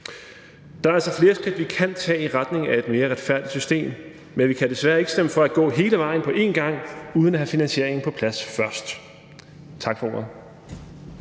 Der er altså flere skridt, vi kan tage i retning af et mere retfærdigt system, men vi kan desværre ikke stemme for at gå hele vejen på en gang uden at have finansieringen på plads først. Tak for